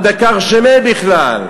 מאן דכר שמיה בכלל,